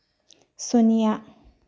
ꯁꯨꯟꯌꯥ